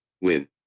win